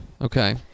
Okay